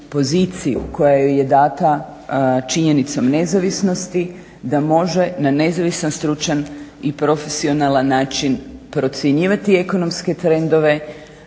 joj je dana činjenicom nezavisnosti da može na nezavisan stručan i profesionalan način procjenjivati ekonomske trendove,